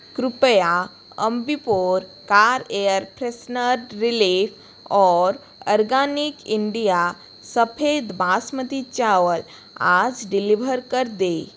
कृपया Ambi Pur car air freshener रिले और आर्गेनिक इंडिया सफ़ेद बासमती चावल आज डिलीवर कर दें